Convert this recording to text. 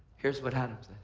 here's what happened.